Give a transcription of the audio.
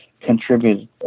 contribute